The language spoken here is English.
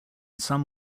some